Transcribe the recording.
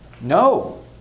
no